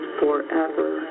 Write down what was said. forever